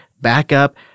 backup